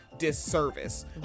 disservice